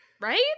right